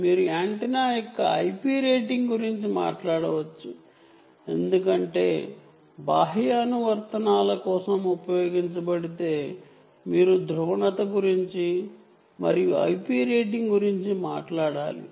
మీరు యాంటెన్నా యొక్క IP rating గురించి మాట్లాడవచ్చు ఎందుకంటే బాహ్య అనువర్తనాల కోసం ఉపయోగించబడితే మీరు పోలరైజెషన్ గురించి మరియు IP రేటింగ్ గురించి మాట్లాడవచ్చు